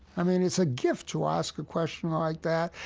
i mean, it's a gift to ask a question like that.